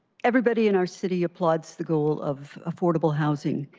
everybody in our city applauds the goal of affordable housing.